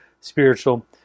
spiritual